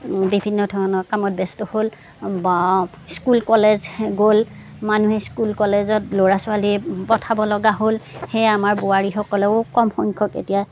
বিভিন্ন ধৰণৰ কামত ব্য়স্ত হ'ল বা স্কুল কলেজ গ'ল মানুহে স্কুল কলেজত ল'ৰা ছোৱালী পঠাব লগা হ'ল সেয়ে আমাৰ বোৱাৰীসকলেও কম সংখ্য়ক এতিয়া